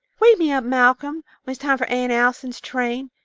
wake me up, malcolm, when it's time for aunt allison's train,